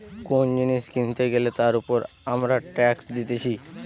কোন জিনিস কিনতে গ্যালে তার উপর আমরা ট্যাক্স দিতেছি